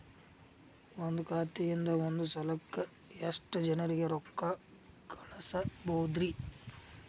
ಒಂದ್ ಖಾತೆಯಿಂದ, ಒಂದ್ ಸಲಕ್ಕ ಎಷ್ಟ ಜನರಿಗೆ ರೊಕ್ಕ ಕಳಸಬಹುದ್ರಿ?